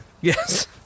Yes